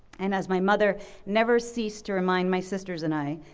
and as my mother never cease to remind my sisters and i,